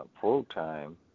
full-time